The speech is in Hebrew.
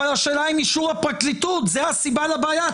אבל השאלה אם אישור הפרקליטות, זאת הסיבה לבעיה.